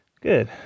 good